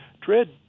Dred